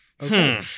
Okay